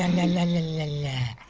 and la la la la